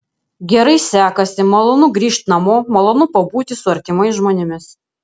gerai sekasi malonu grįžt namo malonu pabūti su artimais žmonėmis